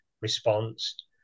response